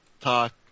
talk